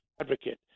advocate